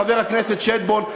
חבר הכנסת שטבון,